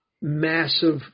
massive